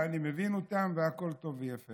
ואני מבין אותם והכול טוב ויפה,